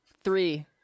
three